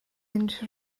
unrhyw